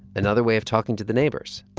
another way of talking to the neighbors.